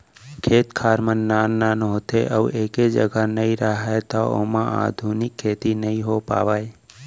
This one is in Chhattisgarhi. खेत खार मन नान नान होथे अउ एके जघा म नइ राहय त ओमा आधुनिक खेती नइ हो पावय